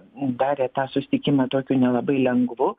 darė tą susitikimą tokiu nelabai lengvu